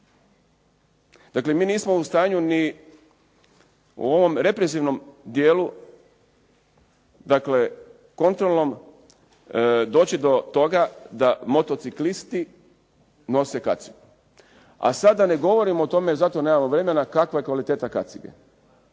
Dakle, mi nismo u stanju ni u ovom represivnom dijelu kontrolnom doći do toga da motociklisti nose kacige. A sada ne govorim o tome, jer za to nema vremena, kakva je kvaliteta kacige.